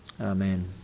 Amen